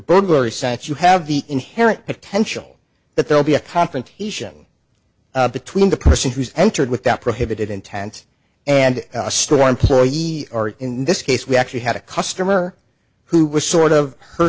burglary sense you have the inherent potential that there'll be a confrontation between the person who's entered with that prohibited intent and a store employee or in this case we actually had a customer who was sort of her